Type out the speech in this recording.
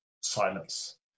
silence